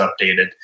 updated